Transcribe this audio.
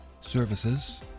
services